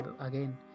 again